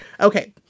Okay